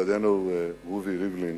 מכובדנו רובי ריבלין,